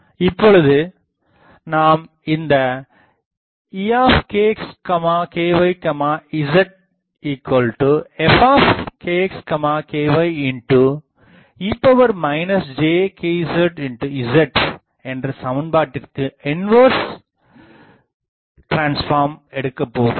இப்பொழுது நாம் இந்த E kx ky zfkx kye jkzz என்ற சமன்பாட்டிற்கு இன்வெர்ஸ் டிரான்ஸ்ஃபார்ம் எடுக்கபோகிறோம்